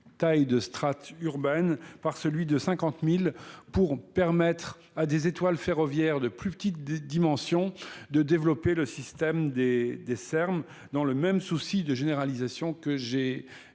taille de strate urbaine par celui de cinquante pour permettrez à des étoiles ferroviaires de plus petite dimension de développer le système des Ser Ms dans le même souci de généralisation que j'ai